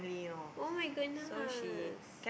[oh]-my-goodness